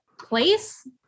place